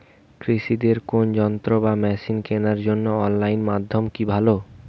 কৃষিদের কোন যন্ত্র বা মেশিন কেনার জন্য অনলাইন মাধ্যম কি ভালো?